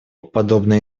подобное